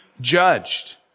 judged